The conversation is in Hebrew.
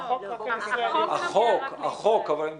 החוק לא